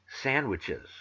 sandwiches